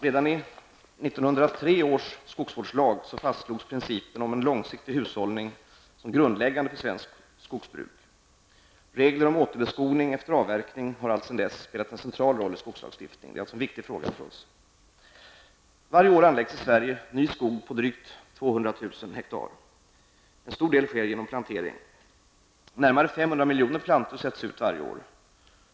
Redan i 1903 års skogsvårdslag fastslogs principen om långsiktig hushållning som grundläggande för svenskt skogsbruk. Regler om återbeskogning efter avverkning har alltsedan dess spelat en central roll i skogslagstiftningen. Varje år anläggs i Sverige ny skog på drygt 200 000 hektar. En stor del sker genom plantering. Närmare 500 miljoner plantor sätt ut varje år.